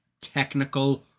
technical